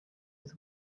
with